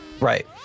Right